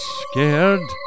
scared